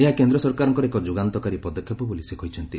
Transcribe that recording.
ଏହା କେନ୍ଦ୍ର ସରକାରଙ୍କର ଏକ ଯୁଗାନ୍ତକାରୀ ପଦକ୍ଷେପ ବୋଲି ସେ କହିଛନ୍ତି